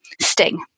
Sting